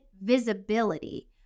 visibility